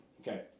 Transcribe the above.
Okay